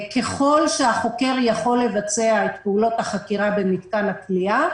ככל שהחוקר יכול לבצע את פעולות החקירה במתקן הכליאה,